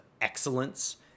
excellence